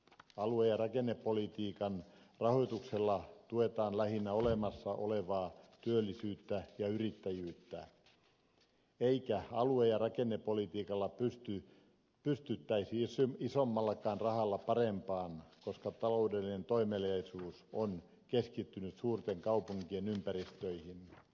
alue ja rakennepolitiikan rahoituksella tuetaan lähinnä olemassa olevaa työllisyyttä ja yrittäjyyttä eikä alue ja rakennepolitiikalla pystyttäisi isommallakaan rahalla parempaan koska taloudellinen toimeliaisuus on keskittynyt suurten kaupunkien ympäristöihin